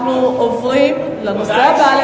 אנחנו עוברים לנושא הבא על